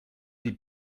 die